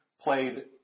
played